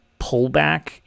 pullback